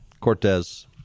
cortez